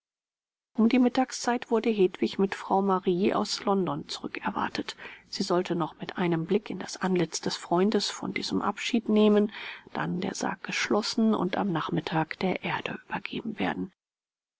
um die mittagszeit wurde hedwig mit frau marie aus london zurückerwartet sie sollte noch mit einem blick in das antlitz des freundes von diesem abschied nehmen dann der sarg geschlossen und am nachmittag der erde übergeben werden